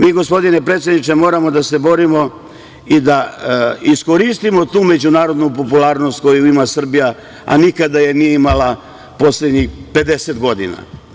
Mi, gospodine predsedniče, moramo da se borimo i da iskoristimo tu međunarodnu popularnost koju ima Srbija, a nikada je nije imala poslednjih 50 godina.